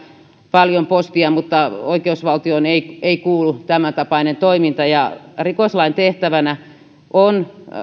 paljon postia oikeusvaltioon ei ei kuulu tämäntapainen toiminta ja rikoslain tehtävänä on